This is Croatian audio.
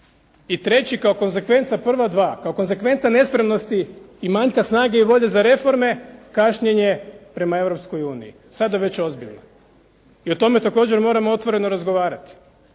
I treći kao konzekvenca prva dva, kao konzekvenca nespretnosti i manjka snage i volje za reforme kašnjenje prema Europskoj uniji, sada već ozbiljno i o tome također moramo otvoreno razgovarati,